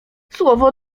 słowo